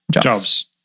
jobs